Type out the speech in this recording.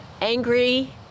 angry